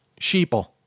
sheeple